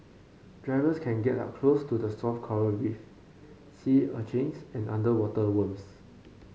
divers can get up close to the soft coral reef sea urchins and underwater worms